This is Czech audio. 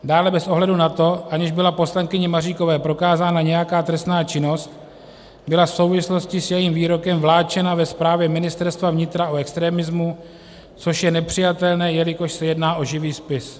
Dále bez ohledu na to, aniž byla poslankyni Maříkové prokázána nějaká trestná činnost, byla v souvislosti s jejím výrokem vláčena ve zprávě Ministerstva vnitra o extremismu, což je nepřijatelné, jelikož se jedná o živý spis.